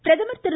பிரதமர் திரு